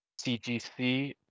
CGC